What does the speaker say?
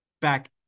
back